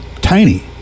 tiny